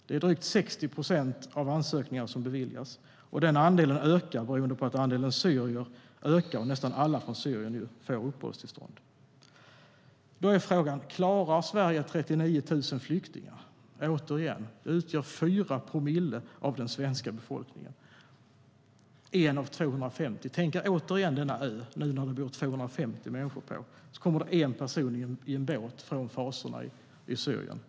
Det är drygt 60 procent av ansökningarna som beviljas, och den andelen ökar beroende på att antalet syrier ökar. Nästan alla från Syrien får ju uppehållstillstånd. Klarar Sverige 39 000 flyktingar? De utgör 4 promille av den svenska befolkningen, 1 av 250. Tänk er åter den där ön. Nu bor det 250 människor på den. Då kommer det en person i en båt från fasorna i Syrien.